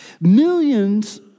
millions